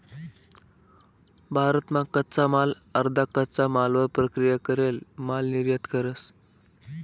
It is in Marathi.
भारत मा कच्चा माल अर्धा कच्चा मालवर प्रक्रिया करेल माल निर्यात करस